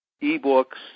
e-books